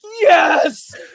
yes